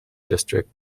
district